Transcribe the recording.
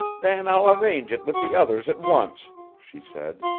then i'll arrange it with the others at once, she said.